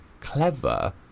clever